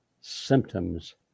symptoms